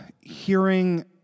hearing